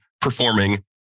performing